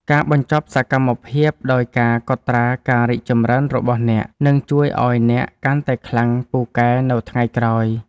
ការបញ្ចប់សកម្មភាពដោយការកត់ត្រាការរីកចម្រើនរបស់អ្នក នឹងជួយឱ្យអ្នកកាន់តែខ្លាំងពូកែនៅថ្ងៃក្រោយ។